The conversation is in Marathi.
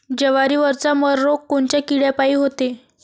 जवारीवरचा मर रोग कोनच्या किड्यापायी होते?